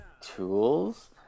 Tools